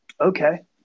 Okay